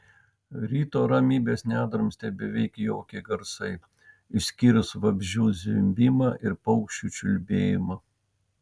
ryto ramybės nedrumstė beveik jokie garsai išskyrus vabzdžių zvimbimą ir paukščių čiulbėjimą